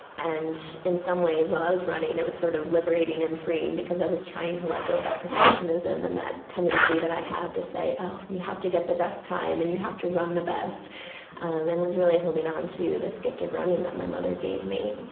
and in some ways, while i was running, it was sort of liberating and freeing, because i was trying to let go of that perfectionism and that tendency that i have to say, oh, you have to get the best time, and you have to run the best and was really holding onto this gift of running that my mother gave me